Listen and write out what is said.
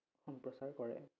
সম্প্ৰচাৰ কৰে